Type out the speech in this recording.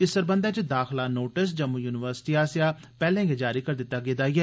इस सरबंधै च दाखला नोटिस जम्मू युनिवर्सिटी आसेआ पैह्ले गै जारी करी दित्ता गेदा ऐ